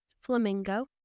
Flamingo